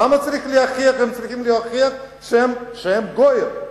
למה הם צריכים להוכיח שהם גויים?